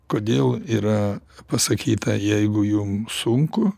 kodėl yra pasakyta jeigu jum sunku